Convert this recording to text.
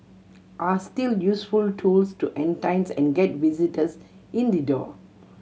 are still useful tools to entice and get visitors in the door